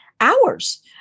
hours